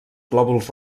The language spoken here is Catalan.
glòbuls